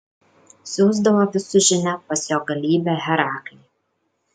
siųsdavo vis su žinia pas jo galybę heraklį